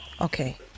Okay